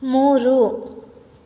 ಮೂರು